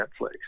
Netflix